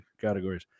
categories